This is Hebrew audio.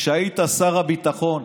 כשהיית שר הביטחון,